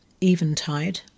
Eventide